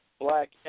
black